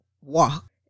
walk